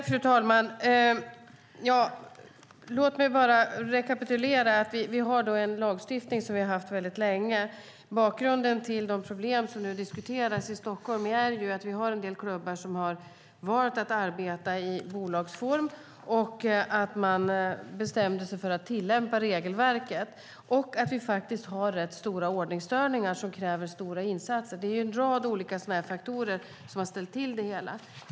Fru talman! Låt mig bara rekapitulera att vi har en lagstiftning som vi har haft väldigt länge. Bakgrunden till de problem som nu diskuteras i Stockholm är att vi har en del klubbar som har valt att arbeta i bolagsform, att man bestämde sig för att tillämpa regelverket och att det faktiskt är rätt stora ordningsstörningar som kräver stora insatser. Det är en rad olika faktorer som har ställt till det hela.